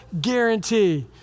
guarantee